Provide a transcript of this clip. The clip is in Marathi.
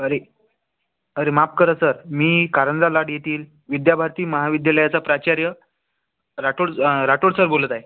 अरे अरे माफ करा सर मी कारंजा लाड येथील विद्याभारती महाविद्यालयाचा प्राचार्य राठोड राठोड सर बोलत आहे